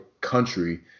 country